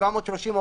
אנחנו